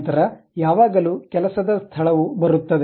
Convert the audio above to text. ನಂತರ ಯಾವಾಗಲೂ ಕೆಲಸದ ಸ್ಥಳವು ಬರುತ್ತದೆ